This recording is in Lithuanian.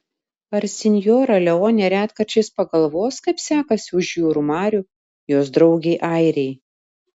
ar sinjora leonė retkarčiais pagalvos kaip sekasi už jūrų marių jos draugei airei